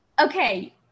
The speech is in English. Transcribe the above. okay